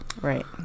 Right